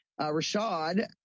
Rashad